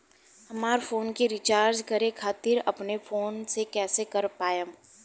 हमार फोन के रीचार्ज करे खातिर अपने फोन से कैसे कर पाएम?